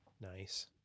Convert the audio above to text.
Nice